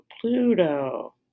Pluto